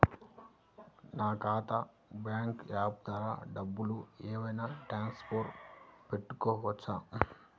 నా ఖాతా bank app ద్వారా డబ్బులు ఏమైనా ట్రాన్స్ఫర్ పెట్టుకోవచ్చా?